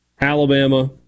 Alabama